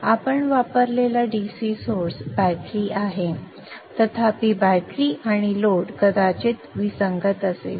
आपण वापरलेला DC source battery आहे तथापि बॅटरी आणि लोड कदाचित विसंगत आहेत